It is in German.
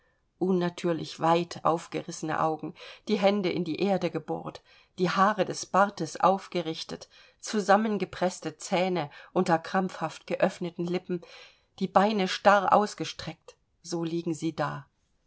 unnatürlich weit aufgerissene augen die hände in die erde gebohrt die haare des bartes aufgerichtet zusammengepreßte zähne unter krampfhaft geöffneten lippen die beine starr ausgestreckt so liegen sie da